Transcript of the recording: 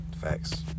Facts